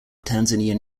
tanzanian